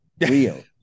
real